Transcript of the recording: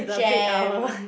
jam